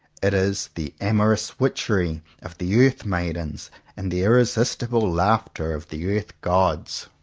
it is the amorous witchery of the earth-maidens and the irresistible laughter of the earth-gods.